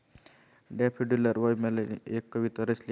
डॅफोडिलवर विल्यमने एक कविता रचली आहे